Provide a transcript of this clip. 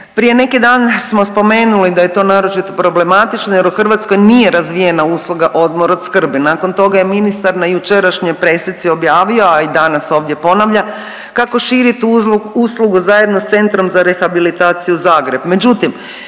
Prije neki dan smo spomenuli da je to naročito problematično jer u Hrvatskoj nije razvijena usluga odmora od skrbi. Nakon toga je ministar na jučerašnjoj pressici objavio, a i danas ovdje ponavlja kako širi tu uslugu zajedno s Centrom za rehabilitaciju Zagreb,